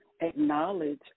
acknowledge